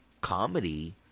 comedy